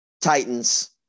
Titans